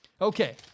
Okay